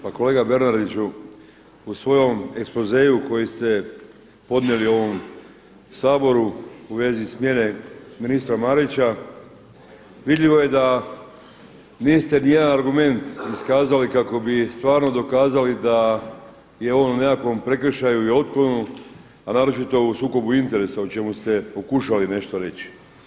Pa kolega Bernardiću, u svojem ekspozeu koji ste podnijeli ovom Saboru u vezi smjene ministra Marića vidljivo je da niste niti jedan argument iskazali kako bi stvarno dokazali da je on u nekakvom prekršaju i otklonu, a naročito u sukobu interesa o čemu ste pokušali nešto reći.